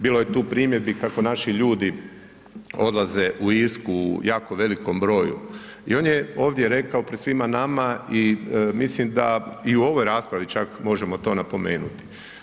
Bilo je tu primjedbi kako naši ljudi odlaze u Irsku u jako velikom broju i on je ovdje rekao pred svima nama i mislim da i u ovoj raspravi čak možemo to napomenuti.